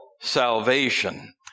salvation